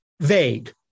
vague